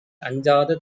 அஞ்சாத